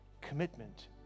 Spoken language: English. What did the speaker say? commitment